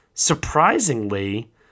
Surprisingly